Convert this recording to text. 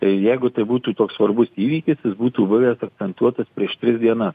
tai jeigu tai būtų toks svarbus įvykis jis būtų buvęs akcentuotas prieš tris dienas